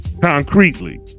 concretely